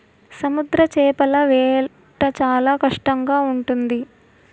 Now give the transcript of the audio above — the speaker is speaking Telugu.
సముద్ర చేపల వేట చాలా కష్టంగా ఉంటుంది